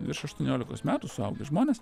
virš aštuoniolikos metų suaugę žmonės